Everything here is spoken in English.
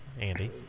Andy